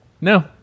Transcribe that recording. No